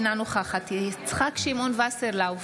אינה נוכחת יצחק שמעון וסרלאוף,